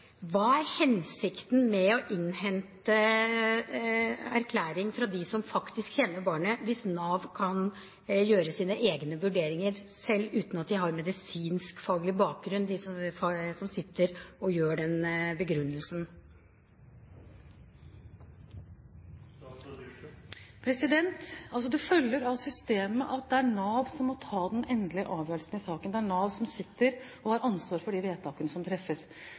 Hva er hensikten med å innhente erklæring fra dem som faktisk kjenner barnet, hvis Nav kan gjøre sine egne vurderinger selv når de som står bak begrunnelsen, ikke har medisinskfaglig bakgrunn? Det følger av systemet at det er Nav som må ta den endelige avgjørelsen i saken. Det er Nav som sitter og har ansvaret for de vedtakene som treffes.